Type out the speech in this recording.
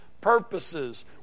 purposes